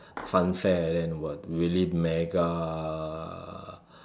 fun fair like that know what really mega